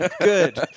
Good